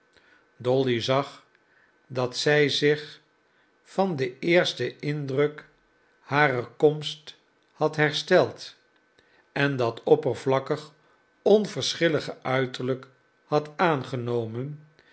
dolly zag dat zij zich van den eersten indruk harer komst had hersteld en dat oppervlakkig onverschillige uiterlijk had aangenomen